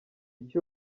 iki